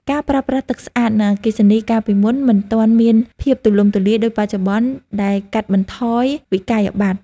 ការប្រើប្រាស់ទឹកស្អាត និងអគ្គិសនីកាលពីមុនមិនទាន់មានភាពទូលំទូលាយដូចបច្ចុប្បន្នដែលកាត់បន្ថយវិក្កយបត្រ។